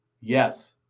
Yes